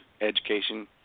education